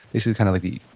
basically kind of like the,